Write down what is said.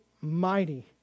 mighty